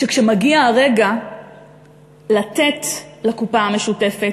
שכשמגיע הרגע לתת לקופה המשותפת,